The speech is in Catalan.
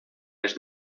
les